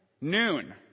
Noon